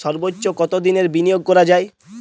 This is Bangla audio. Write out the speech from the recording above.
সর্বোচ্চ কতোদিনের বিনিয়োগ করা যায়?